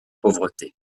pauvreté